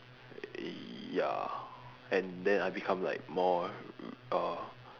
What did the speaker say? err ya and then I become like more uh